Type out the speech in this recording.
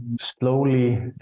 slowly